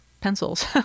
pencils